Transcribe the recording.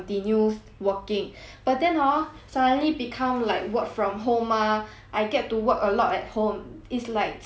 but then hor suddenly become like work from home mah I get to work a lot at home it's like sud~ 我就真的很后悔